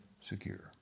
secure